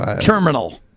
terminal